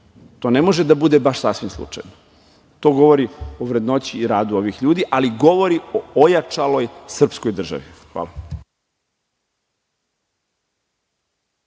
To ne može da bude baš sasvim slučajno. To govori o vrednoći i radu ovih ljudi, ali govori o ojačanoj srpskoj državi. Hvala.